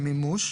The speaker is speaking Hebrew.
"מימוש"